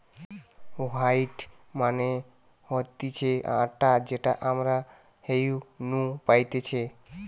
wheat মানে হতিছে আটা যেটা আমরা গেহু নু পাইতেছে